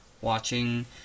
watching